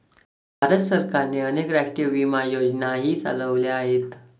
भारत सरकारने अनेक राष्ट्रीय विमा योजनाही चालवल्या आहेत